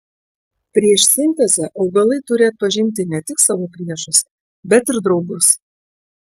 prieš sintezę augalai turi atpažinti ne tik savo priešus bet ir draugus